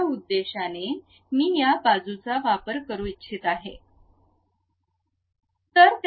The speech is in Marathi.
त्या उद्देशाने मी या बाजूचा वापर करू इच्छित आहे